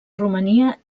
romania